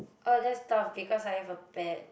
oh that's though because I have a bad